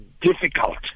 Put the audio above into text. difficult